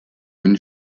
une